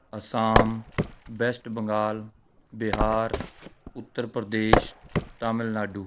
Assam West Bengal Bihar Uttar Pradesh Tamil Nadu